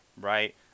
right